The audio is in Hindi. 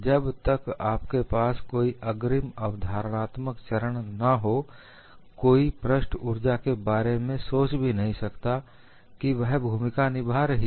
जब तक आपके पास कोई अग्रिम अवधारणात्मक चरण ना हो कोई पृष्ठ ऊर्जा के बारे में सोच भी नहीं सकता कि वह भूमिका निभा रही है